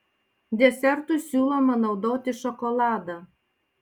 desertui siūloma naudoti šokoladą